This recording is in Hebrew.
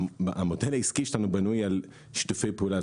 המודל העסקי שלנו בנוי על שיתופי פעולה.